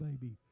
baby